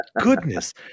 goodness